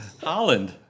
Holland